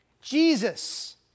Jesus